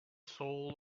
soul